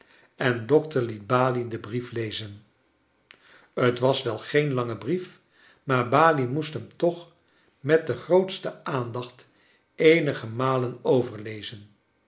en dokter liet balie den brief lezen t was wel geen lange brief maar balie moest hem toch met de grootste aandacht eenige malen overlezen